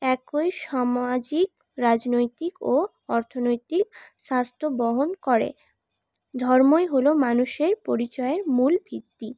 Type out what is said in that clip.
একই সামাজিক রাজনৈতিক ও অর্থনৈতিক স্বাস্থ্য বহন করে ধর্মই হলো মানুষের পরিচয়ের মূল ভিত্তি